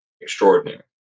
extraordinary